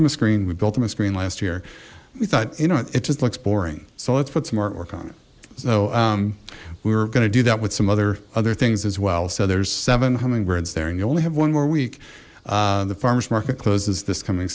got them a screen we built on the screen last year we thought you know it just looks boring so let's put some artwork on it so we were gonna do that with some other other things as well so there's seven hummingbirds there and you only have one more week the farmers market closes this coming